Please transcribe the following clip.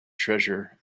treasure